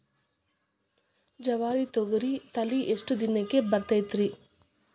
ಜವಾರಿ ತೊಗರಿ ತಳಿ ಎಷ್ಟ ದಿನಕ್ಕ ಬರತೈತ್ರಿ?